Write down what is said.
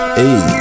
hey